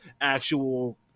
actual